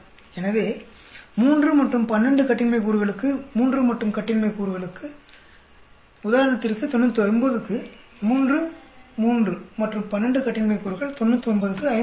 எனவே 3 மற்றும் 12 கட்டின்மை கூறுகளுக்கு 3 மற்றும் 12 கட்டின்மை கூறுகளுக்கு உதாரணத்திற்கு 99 க்கு 3 3 மற்றும் 12 கட்டின்மை கூறுகள் 99 க்கு 5